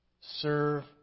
Serve